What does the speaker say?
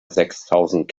sechstausend